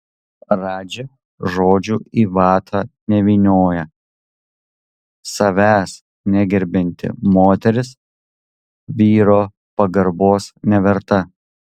radži žodžių į vatą nevynioja savęs negerbianti moteris vyro pagarbos neverta